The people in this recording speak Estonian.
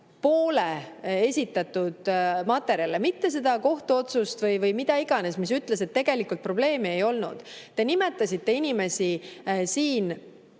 poole esitatud materjale, mitte seda kohtuotsust või mida iganes, mis ütles, et tegelikult probleemi ei olnud. Te nimetasite inimesi siin